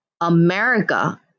America